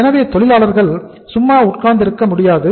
எனவே தொழிலாளர்கள் சும்மா உட்கார்ந்திருக்க முடியாது